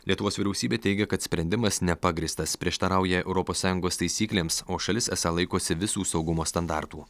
lietuvos vyriausybė teigia kad sprendimas nepagrįstas prieštarauja europos sąjungos taisyklėms o šalis esą laikosi visų saugumo standartų